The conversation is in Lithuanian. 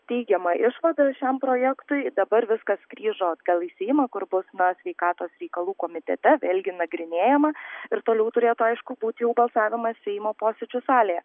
teigiamą išvadą šiam projektui dabar viskas grįžo atgal į seimą kur bus na sveikatos reikalų komitete vėlgi nagrinėjama ir toliau turėtų aišku būt jau balsavimas seimo posėdžių salėje